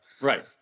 Right